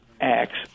acts